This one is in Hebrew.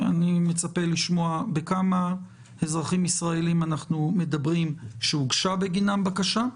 אני מצפה לשמוע בכמה אזרחים ישראלים אנחנו מדברים שהוגשה בגינם בקשה,